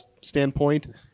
standpoint